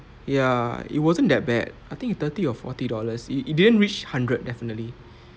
ya it wasn't that bad I think thirty or forty dollars it didn't reach hundred definitely